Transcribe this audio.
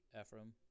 Ephraim